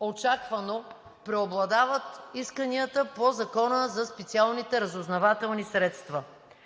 очаквано преобладават исканията по Закона за специалните разузнавателни средства;